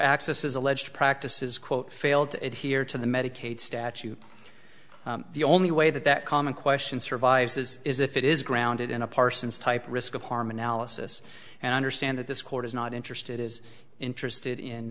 access is alleged practice is quote failed to get here to the medicaid statute the only way that that common question survives is is if it is grounded in a parsons type risk of harm analysis and i understand that this court is not interested is interested in